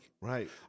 right